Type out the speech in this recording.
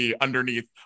underneath